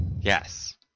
Yes